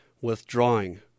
withdrawing